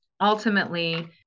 ultimately